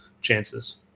chances